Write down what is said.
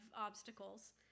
obstacles